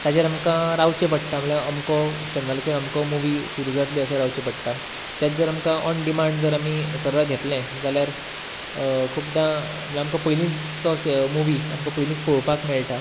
ताचेर आमकां रावचें पडटा म्हणल्यार अमको चेनलाचेर अमको मुवी सुरू जातले अशें रावचे पडटा तेंच जर आमकां ऑन डिमांड जर आमी सरळ घेतलें जाल्यार खुबदां म्हळ्यार आमकां पयलींच सो मुवी आमकां पयलींच पळोवपाक मेळटा